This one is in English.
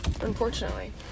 unfortunately